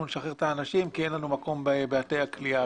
נשחרר את האנשים כי אין לנו מקום בבתי הכליאה,